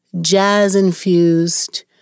jazz-infused